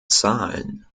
zahlen